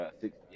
six